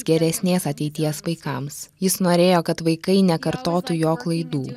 geresnės ateities vaikams jis norėjo kad vaikai nekartotų jo klaidų